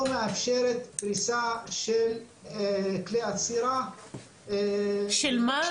מאפשרת כניסה של כלי אצירה --- של מה?